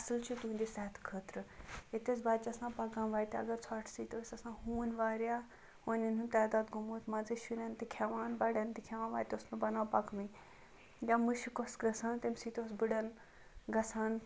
اصل چھُ تُہٕنٛدِ صحتہِ خٲطرٕ ییٚتہِ ٲسۍ بَچہِ آسان پَکان وَتہٕ ییٚتہِ ٲسۍ آسان ہوٗنۍ واریاہ ہونٮ۪ن ہُنٛد تعداد گوٚمُت مان ژٕ شُریٚن تہِ کھیٚوان بَڑیٚن تہِ کھیٚوان اَتہِ اوس نہٕ بَنان پَکنُے یا مشک اوس گَژھان تمہِ سۭتۍ اوس بٕڑَن گَژھان